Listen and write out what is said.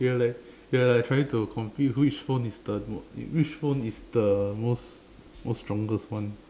we were like we were like trying to compete which phone is the most which phone is the the most most strongest one